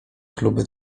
kluby